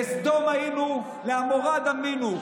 לסדום היינו, לעמורה דמינו.